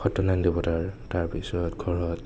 সত্য়নাৰায়ণ দেৱতাৰ তাৰপিছত ঘৰত